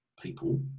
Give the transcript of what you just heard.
people